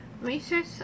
Research